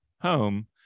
home